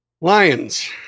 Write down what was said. Lions